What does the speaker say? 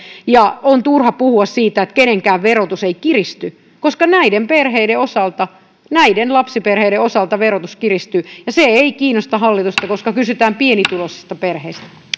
ja on turha puhua siitä että kenenkään verotus ei kiristy koska näiden perheiden osalta näiden lapsiperheiden osalta verotus kiristyy se ei kiinnosta hallitusta koska kyse on pienituloisista perheistä